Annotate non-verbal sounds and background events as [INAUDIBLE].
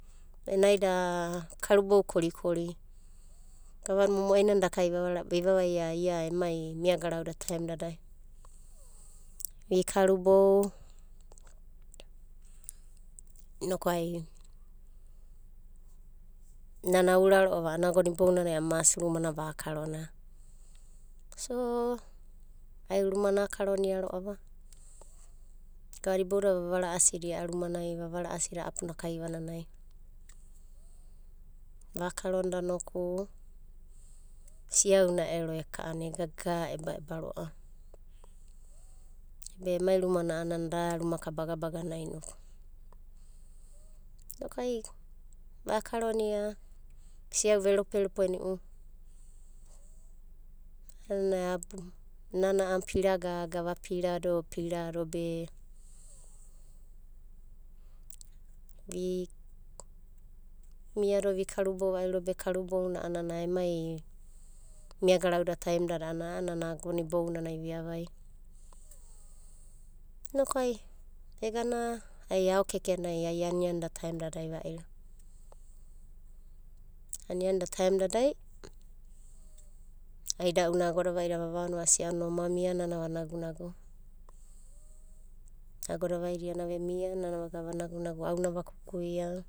Naida karubou korikori gavana momoai nana daka ivava, vi vavaia ia emai miagarauda raem dadai. Vikarubou inokai nana aura ro'ava a'ana mas rumana vakarona [HESITATION] rumana akaronia ro'ava. Gavada iboudada vava ra'asidia a'a rumanai, vava ra'asida apu nanai. Vakaronda noku siana ero ek'ana egaebagana inokai ai siauri veroperopeni'u. Nana a'anai pira gaga, va pira do pira do be imiado vikarubou va'iro be karunouna a'ana miagarau da taem dada a'ana ibounanai vivavaia. Inokai egana ai anianina taem anianida taemdadai, aida'una agoda vaida vavaonoa vasia ona oma mia nana va nagunagu. Agoda vaida iana vemia ia'adina a'anai na vaga va nagunagu.